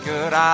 Good